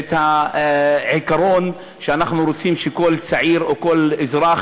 את העיקרון שאנחנו רוצים שכל צעיר או כל אזרח